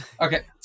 Okay